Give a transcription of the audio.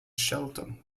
shelton